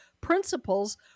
principles